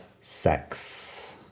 sex